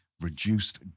reduced